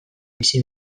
bizi